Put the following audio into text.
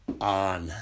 on